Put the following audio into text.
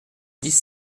dix